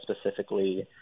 specifically